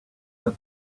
that